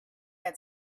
had